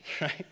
right